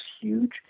huge